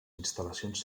instal·lacions